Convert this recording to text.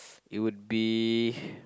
it would be